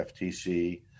FTC